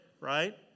right